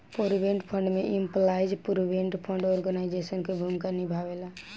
provident fund में employees provident fund organisation के भूमिका निभावेला